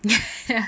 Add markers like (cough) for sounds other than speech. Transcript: (laughs) ya